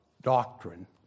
doctrine